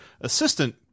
assistant